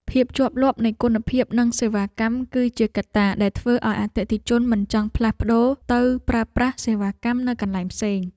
ភាពជាប់លាប់នៃគុណភាពនិងសេវាកម្ម គឺជាកត្តាដែលធ្វើឱ្យអតិថិជនមិនចង់ផ្លាស់ប្តូរទៅប្រើប្រាស់សេវាកម្មនៅកន្លែងផ្សេង។